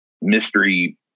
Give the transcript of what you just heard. mystery